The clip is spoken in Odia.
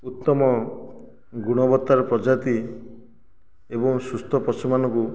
ଉତ୍ତମ ଗୁଣବତ୍ତାର ପ୍ରଜାତି ଏବଂ ସୁସ୍ଥ ପଶୁମାନଙ୍କୁ